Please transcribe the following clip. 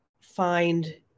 find